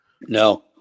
No